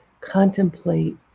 contemplate